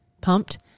pumped